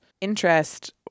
interest